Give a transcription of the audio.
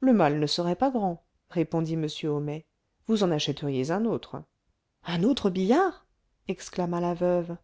le mal ne serait pas grand répondit m homais vous en achèteriez un autre un autre billard exclama la veuve